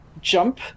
jump